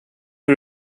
you